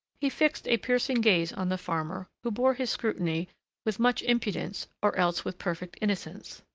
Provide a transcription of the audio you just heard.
he fixed a piercing gaze on the farmer, who bore his scrutiny with much impudence or else with perfect innocence.